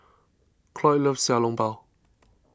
Cloyd loves Xiao Long Bao